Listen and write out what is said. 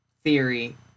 theory